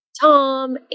Tom